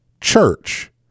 church